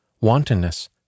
wantonness